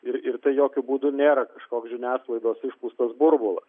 ir ir tai jokiu būdu nėra kažkoks žiniasklaidos išpūstas burbulas